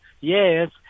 yes